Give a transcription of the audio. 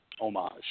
homage